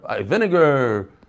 vinegar